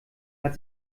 hat